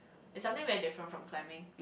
is something very different from climbing